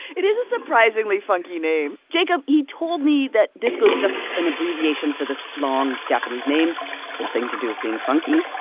it is a surprisingly funky name. jacob, he told me that disco's just an abbreviation for this long japanese name nothing to do with being funky.